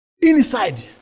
inside